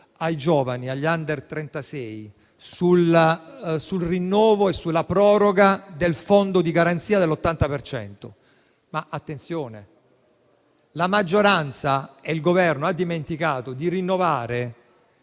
ai giovani, agli under trentasei, sul rinnovo e sulla proroga del fondo di garanzia dell’80 per cento. Attenzione; la maggioranza e il Governo hanno dimenticato di rinnovare